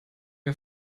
mir